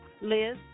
Liz